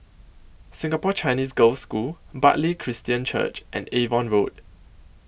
Singapore Chinese Girls' School Bartley Christian Church and Avon Road